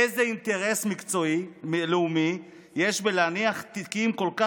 איזה אינטרס לאומי יש בלהניח תיקים כל כך